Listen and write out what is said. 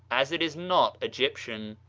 as it is not egyptian.